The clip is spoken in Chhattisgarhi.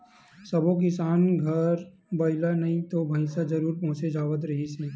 सब्बो किसान घर बइला नइ ते भइसा जरूर पोसे जावत रिहिस हे